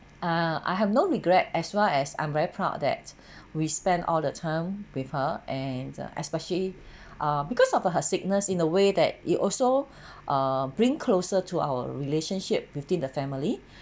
ah I have no regret as far as I'm very proud that we spend all the time with her and especially ah because of her her sickness in the way that it also err bring closer to our relationship within the family